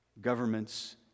governments